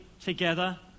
together